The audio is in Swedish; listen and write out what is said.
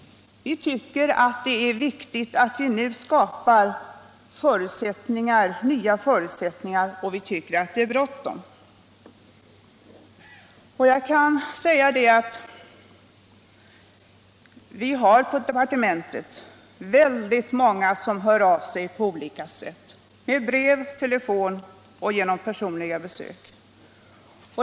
Vi tycker att det är viktigt att vi nu skapar nya förutsättningar, och vi tycker att det är bråttom. Jag kan säga att väldigt många på olika sätt låtit höra av sig till departementet, per brev, telefon och genom personliga besök.